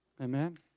amen